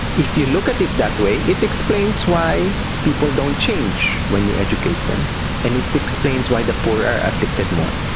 if you look at it that way it explains why people don't change when you educate them and it explains why the poor are afflicted more.